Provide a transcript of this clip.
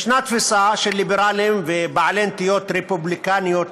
יש תפיסה של ליברלים ובעלי נטיות רפובליקניות